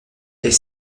est